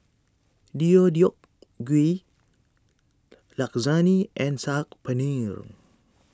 Deodeok Gui Lasagne and Saag Paneer